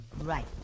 Right